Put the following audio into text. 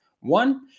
one